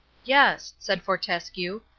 yes, said fortescue,